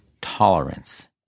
tolerance